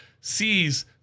sees